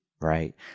right